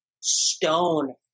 stone